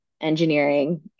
engineering